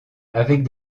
avec